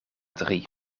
drie